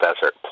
desert